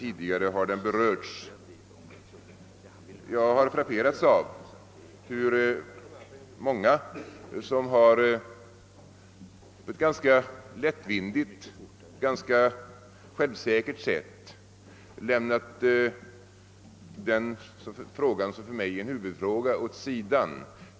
Frågan har berörts även tidigare. Jag har frapperats av hur många på ett ganska lättvindigt och självsäkert sätt lämnat den fråga åt sidan som för mig är en huvudfråga.